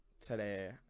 today